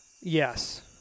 Yes